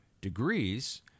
degrees